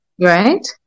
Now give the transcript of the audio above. Right